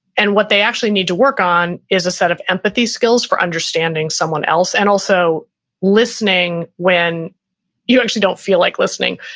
and what they actually need to work on is a set of empathy skills for understanding someone else. and also listening when you actually don't feel like listening.